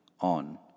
on